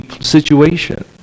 situation